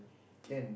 can